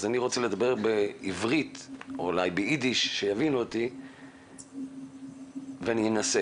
לכן אני רוצה לדבר בעברית ואולי ביידיש כדי שיבינו אותי ואני אנסה